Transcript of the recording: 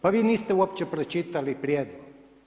Pa vi niste uopće pročitali prijedlog.